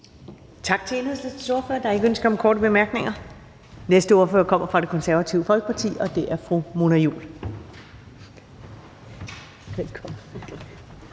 Tak til Enhedslistens ordfører. Der er ikke ønske om korte bemærkninger. Den næste ordfører kommer fra Det Konservative Folkeparti, og det er fru Mona Juul. Velkommen.